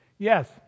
Yes